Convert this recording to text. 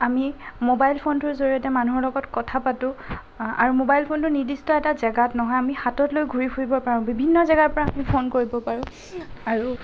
আমি ম'বাইল ফোনটোৰ জৰিয়তে মানুহৰ লগত কথা পাতোঁ আৰু ম'বাইল ফোনটো নিৰ্দিষ্ট এটা জেগাত নহয় আমি হাতত লৈ ঘূৰি ফুৰিব পাৰোঁ বিভিন্ন জেগাৰ পৰা আমি ফোন কৰিব পাৰোঁ আৰু